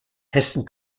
hessen